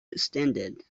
extended